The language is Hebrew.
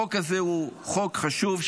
החוק הזה הוא חוק חשוב,